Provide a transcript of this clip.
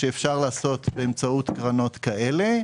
שאפשר לעשות באמצעות קרנות כאלה.